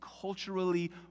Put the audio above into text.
culturally